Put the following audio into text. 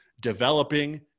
developing